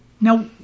Now